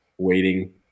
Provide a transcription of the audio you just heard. waiting